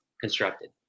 constructed